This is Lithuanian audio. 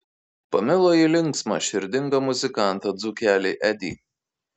pamilo ji linksmą širdingą muzikantą dzūkelį edį